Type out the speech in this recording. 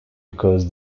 because